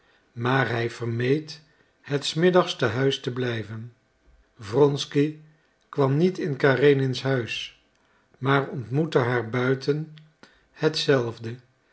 maar hij vermeed het s middags te huis te blijven wronsky kwam niet in karenins huis maar ontmoette haar buiten